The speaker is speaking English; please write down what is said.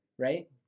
right